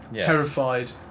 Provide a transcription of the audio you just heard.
terrified